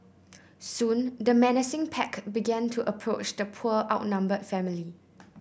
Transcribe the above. soon the menacing pack began to approach the poor outnumbered family